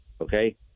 Okay